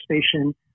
station